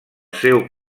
seu